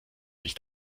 sich